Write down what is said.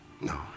No